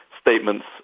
statements